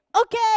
okay